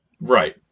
Right